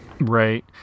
right